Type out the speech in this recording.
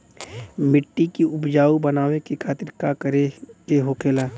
मिट्टी की उपजाऊ बनाने के खातिर का करके होखेला?